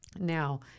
Now